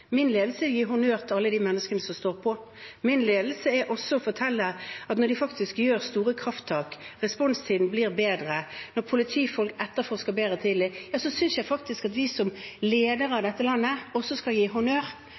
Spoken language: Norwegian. Min ledelse gir honnør til alle de menneskene som står på. Min ledelse er også å fortelle det når de tar store krafttak og responstiden blir bedre, når politifolk etterforsker bedre tidlig. Da synes jeg faktisk at vi som ledere av dette landet også skal gi honnør.